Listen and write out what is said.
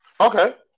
Okay